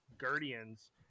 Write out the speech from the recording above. guardians